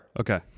okay